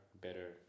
better